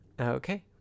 Okay